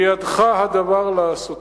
בידך הדבר לעשותו.